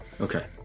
okay